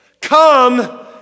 come